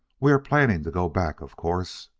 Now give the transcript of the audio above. we are planning to go back, of course.